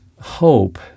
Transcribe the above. Hope